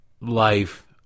life